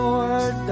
Lord